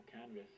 canvas